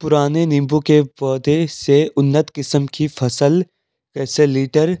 पुराने नीबूं के पौधें से उन्नत किस्म की फसल कैसे लीटर